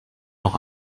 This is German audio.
noch